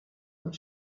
und